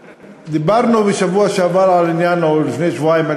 דיברנו בשבוע שעבר או לפני שבועיים על